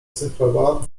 cyfrowa